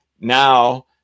now